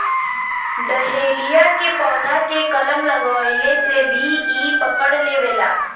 dahlia के पौधा के कलम लगवले से भी इ पकड़ लेवला